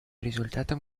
результатом